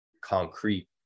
concrete